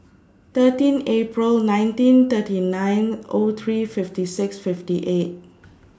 thirteen April nineteen thirty nine O three fifty six fifty eight